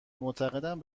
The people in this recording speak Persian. معتقدم